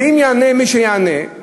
ואם יענה מי שיענה,